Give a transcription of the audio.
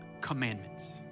commandments